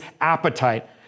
appetite